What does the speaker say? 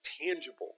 tangible